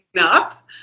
up